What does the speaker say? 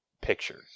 picture